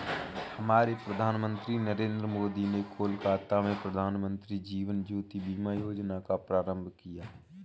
हमारे प्रधानमंत्री नरेंद्र मोदी ने कोलकाता में प्रधानमंत्री जीवन ज्योति बीमा योजना का प्रारंभ किया